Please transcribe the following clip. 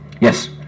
Yes